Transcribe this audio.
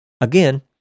Again